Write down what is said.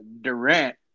Durant